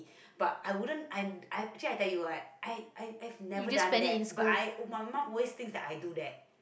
but I wouldn't I I actually I tell you what I I I never done that my mum always think that I do that